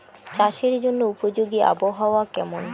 চাষের জন্য উপযোগী আবহাওয়া কেমন?